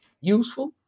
useful